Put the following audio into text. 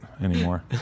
anymore